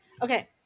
Okay